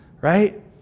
right